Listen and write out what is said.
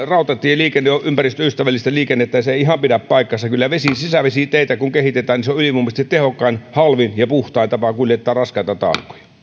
rautatieliikenne on ympäristöystävällisintä liikennettä niin se ei ihan pidä paikkaansa kyllä sisävesiteitä kun kehitetään niin se on ylivoimaisesti tehokkain halvin ja puhtain tapa kuljettaa raskaita